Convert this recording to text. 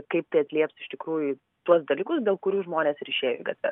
kaip tai atlieps iš tikrųjų tuos dalykus dėl kurių žmonės ir išėjo į gatves